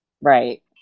right